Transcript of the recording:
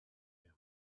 him